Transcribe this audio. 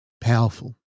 powerful